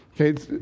Okay